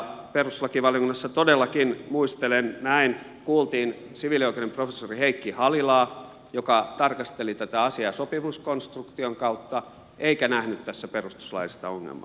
perustuslakivaliokunnassa todellakin muistelen näin kuultiin siviilioikeuden professori heikki halilaa joka tarkasteli tätä asiaa sopimuskonstruktion kautta eikä nähnyt tässä perustuslaillista ongelmaa